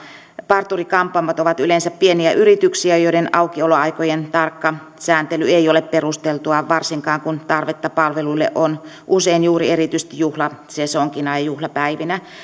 parturi kampaamot ovat yleensä pieniä yrityksiä joiden aukioloaikojen tarkka sääntely ei ole perusteltua varsinkaan kun tarvetta palveluille on usein juuri erityisesti juhlasesonkina ja juhlapäivinä